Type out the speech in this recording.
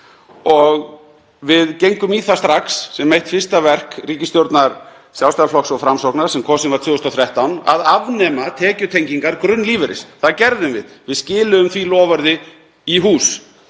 og við gengum í það strax sem eitt fyrsta verk ríkisstjórnar Sjálfstæðisflokks og Framsóknar sem kosinn var 2013 að afnema tekjutengingu grunnlífeyris. Það gerðum við. Við skiluðum því loforði í hús